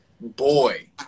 boy